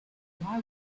why